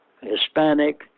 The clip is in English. Hispanic